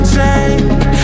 take